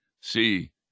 see